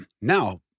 Now